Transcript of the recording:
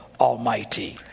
Almighty